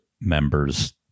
members